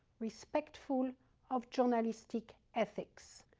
respectful of journalistic ethics.